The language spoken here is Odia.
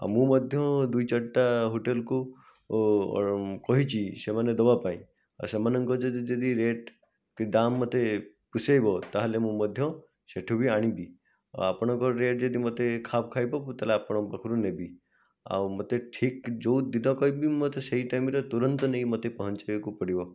ଆଉ ମୁଁ ମଧ୍ୟ ଦୁଇ ଚାରିଟା ହୋଟେଲ୍କୁ କହିଛି ସେମାନେ ଦେବା ପାଇଁ ସେମାନଙ୍କ ଯଦି ଯଦି ରେଟ୍ କି ଦାମ୍ ମୋତେ ପୋଷେଇବ ତାହେଲେ ମୁଁ ମଧ୍ୟ ସେଠୁ ବି ଆଣିବି ଆଉ ଆପଣଙ୍କର ରେଟ୍ ଯଦି ମୋତେ ଖାପ୍ ଖାଇବ ମୁଁ ତାହେଲେ ଆପଣଙ୍କ ପାଖରୁ ନେବି ଆଉ ମୋତେ ଠିକ୍ ଯୋଉଦିନ କହିବି ମୋତେ ସେଇ ଟାଇମ୍ରେ ତୁରନ୍ତ ନେଇ ମୋତେ ପହଞ୍ଚେଇବାକୁ ପଡ଼ିବ